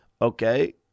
Okay